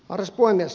arvoisa puhemies